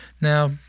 Now